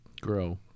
grow